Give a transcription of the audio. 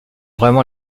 vraiment